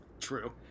True